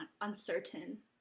uncertain